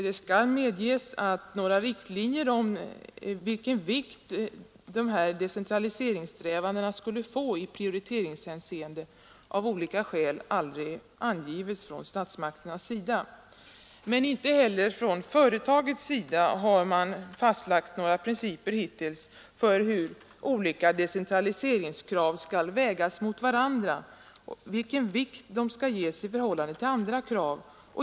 Det skall medges att några riktlinjer om den vikt som dessa decentraliseringssträvanden skulle få i prioriteringshänseende av olika skäl aldrig har angivits av statsmakterna. Men inte heller Sveriges Radio har hittills lagt fram några principiella riktlinjer för hur olika decentraliseringskrav skall vägas mot varandra och vilken vikt de skall ges i förhållande till andra krav.